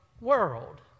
world